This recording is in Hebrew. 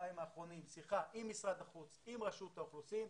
בשבועיים האחרונים שיחה עם משרד החוץ ועם רשות האוכלוסין,